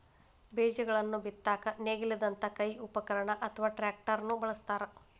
ಬೇಜಗಳನ್ನ ಬಿತ್ತಾಕ ನೇಗಿಲದಂತ ಕೈ ಉಪಕರಣ ಅತ್ವಾ ಟ್ರ್ಯಾಕ್ಟರ್ ನು ಬಳಸ್ತಾರ